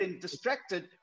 distracted